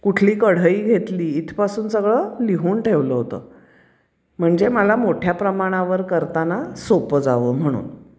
कुठली कढई घेतली इथपासून सगळं लिहून ठेवलं होतं म्हणजे मला मोठ्या प्रमाणावर करताना सोपं जावं म्हणून